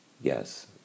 Yes